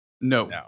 No